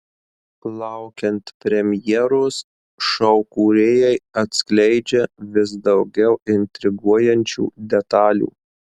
laukiant premjeros šou kūrėjai atskleidžia vis daugiau intriguojančių detalių